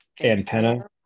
antenna